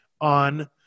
on